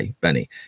Benny